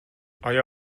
آیا